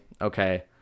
Okay